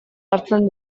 hartzen